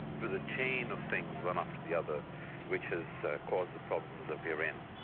was a chain of things one after the other which has caused the problems that we're in.